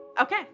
okay